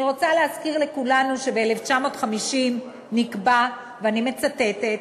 אני רוצה להזכיר לכולנו שב-1950 נקבע, ואני מצטטת: